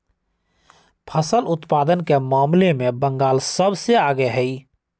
फसल उत्पादन के मामले में बंगाल सबसे आगे हई